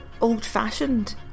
old-fashioned